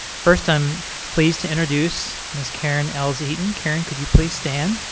first i'm pleased to introduce ms karen eells-eaton. karen, could you please stand?